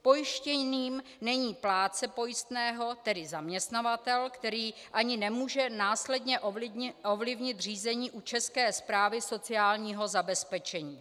Pojištěným není plátce pojistného, tedy zaměstnavatel, který ani nemůže následně ovlivnit řízení u České správy sociálního zabezpečení.